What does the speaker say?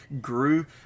grew